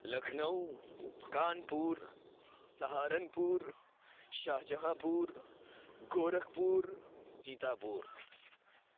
Lucknow Kanpur Saharanpur Shahjahanpur Gorakhpur سیتا پور